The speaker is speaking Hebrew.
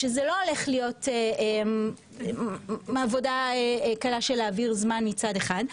שזה לא הולך להיות עבודה קלה של להעביר זמן מצד אחד,